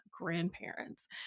grandparents